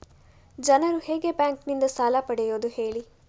ಜನರು ಹೇಗೆ ಬ್ಯಾಂಕ್ ನಿಂದ ಸಾಲ ಪಡೆಯೋದು ಹೇಳಿ